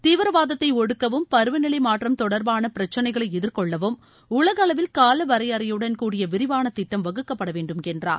தீவிரவாதத்தை ஒடுக்கவும் பருவநிலை மாற்றம் தொடர்பான பிரச்னைகளை எதிர்கொள்ளவும் உலகளவில் கால வரையரையுடன் கூடிய விரிவான திட்டம் வகுக்கப்பட வேண்டும் என்றார்